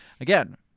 Again